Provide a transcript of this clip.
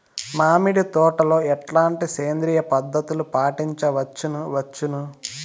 మామిడి తోటలో ఎట్లాంటి సేంద్రియ పద్ధతులు పాటించవచ్చును వచ్చును?